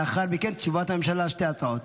לאחר מכן, תשובת הממשלה על שתי ההצעות.